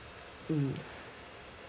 mm